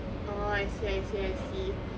orh I see I see I see